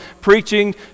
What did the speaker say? preaching